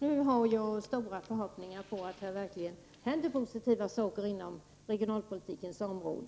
Nu har jag stora förhoppningar om att det verkligen händer positiva saker inom regionalpolitikens område.